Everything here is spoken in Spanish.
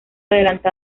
adelanto